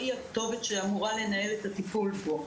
הרשות הפלסטינית היא הכתובת שאמורה לנהל את הטיפול בו.